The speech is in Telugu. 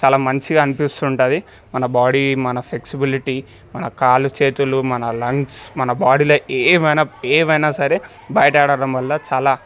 చాలా మంచిగా అనిపిస్తూ ఉంటుంది మన బాడీ మన ఫెక్సిబిలిటీ మన కాళ్ళు చేతులు మన లంగ్స్ మన బాడీలో ఏమైనా ఏమైనా సరే బయట ఆడటం వాళ్ళు చాలా